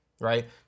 right